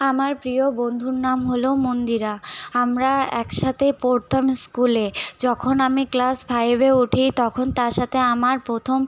আমার প্রিয় বন্ধুর নাম হলো মন্দিরা আমরা একসাথে পড়তাম স্কুলে যখন আমি ফাইভে উঠি তখন তার সাথে আমার প্রথম